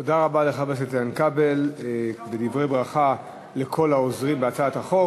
תודה רבה לחבר הכנסת איתן כבל על דברי הברכה לכל העוזרים בהצעת החוק.